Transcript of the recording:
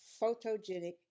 Photogenic